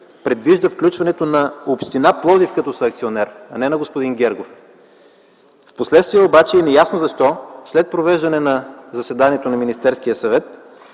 предвижда включването на община Пловдив като съакционер, а не на господин Гергов. Впоследствие обаче и неясно защо след провеждане на заседанието на Министерския съвет,